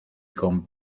con